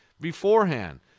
beforehand